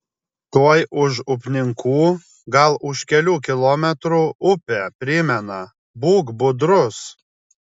tuoj už upninkų gal už kelių kilometrų upė primena būk budrus